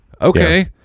Okay